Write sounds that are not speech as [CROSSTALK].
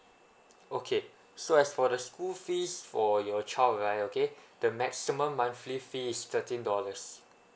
okay so as for the school fees for your child right okay [BREATH] the maximum monthly fee is thirteen dollars